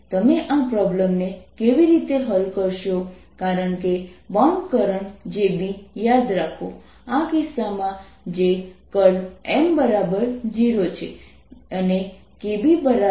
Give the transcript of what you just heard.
સમાન પ્રોબ્લેમ નો જવાબ જોવાની બીજી રીત હશે જો હું આ સ્ફેરિકલ શેલ લઉં છું અને અહીં એક બેન્ડને ધ્યાનમાં લઈશ તો આ બેન્ડમાં ક્ષેત્ર 2πRsinθ